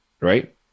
right